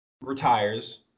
retires